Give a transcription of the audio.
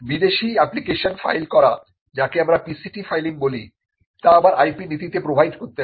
বিদেশি application file করা যাকে আমরা PCT ফাইলিং বলি তা আবার IP নীতিতে প্রোভাইড করতে হয়